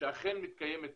שאכן מתקיימת פעילות.